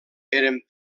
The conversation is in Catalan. eren